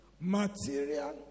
material